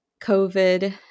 COVID